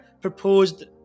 proposed